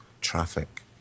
traffic